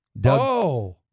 Doug